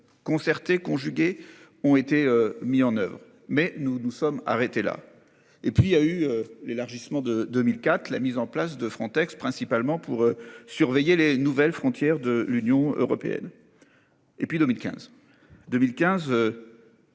concertée conjugués ont été mis en oeuvre mais nous nous sommes arrêtés là et puis il y a eu l'élargissement de 2004 la mise en place de Frontex principalement pour surveiller les nouvelles frontières de l'Union européenne. Et puis 2015